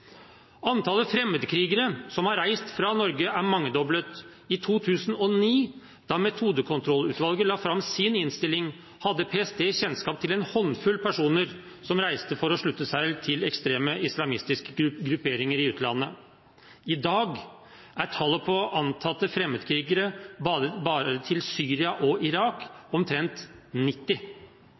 Antallet fremmedkrigere som har reist fra Norge, er mangedoblet. I 2009, da Metodekontrollutvalget la fram sin innstilling, hadde PST kjennskap til en håndfull personer som reiste for å slutte seg til ekstreme islamistiske grupperinger i utlandet. I dag er tallet på antatte fremmedkrigere bare til Syria og Irak omtrent 90.